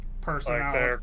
personality